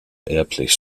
erblich